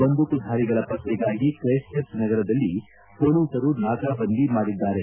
ಬಂದೂಕುಧಾರಿಗಳ ಪತ್ತೆಗಾಗಿ Christchurch ನಗರದಲ್ಲಿ ಮೊಲೀಸರು ನಾಕಾಬಂಧಿ ಮಾಡಿದ್ದಾರೆ